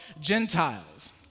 Gentiles